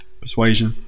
persuasion